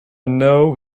know